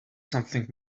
something